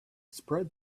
spread